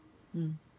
mm